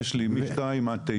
יש לי משתיים עד תשע.